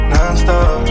Non-stop